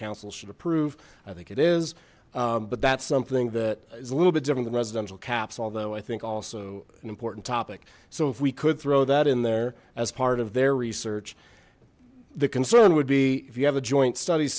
should approve i think it is but that's something that it's a little bit different than residential caps although i think also an important topic so if we could throw that in there as part of their research the concern would be if you have a joint stud